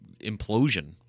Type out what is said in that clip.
implosion